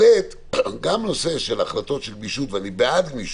וגם נושא של החלטות של גמישות, ואני בעד גמישות,